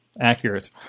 Accurate